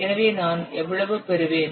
எனவே நான் எவ்வளவு பெறுவேன்